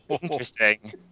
Interesting